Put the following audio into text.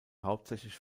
hauptsächlich